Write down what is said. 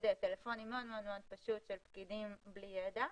טלפוני מאוד מאוד פשוט של פקידים בלי ידע,